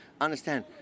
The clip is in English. understand